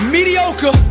Mediocre